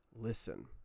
listen